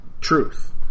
truth